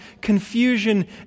confusion